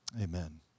Amen